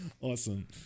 Awesome